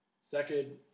second